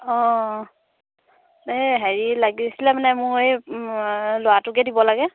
অঁ এই হেৰি লাগিছিলে মানে মোৰ এই ল'ৰাটোকে দিব লাগে